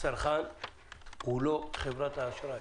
הצרכן הוא לא חברת אשראי.